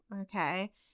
okay